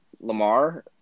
Lamar